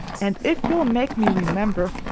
and if you'll make me remember,